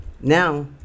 Now